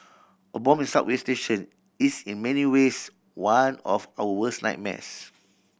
a bomb in subway station is in many ways one of our worse nightmares